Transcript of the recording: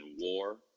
war